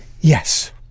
yes